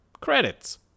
Credits